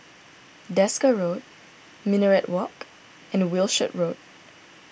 Desker Road Minaret Walk and Wishart Road